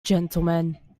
gentlemen